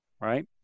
right